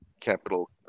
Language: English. capital